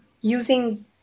using